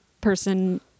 person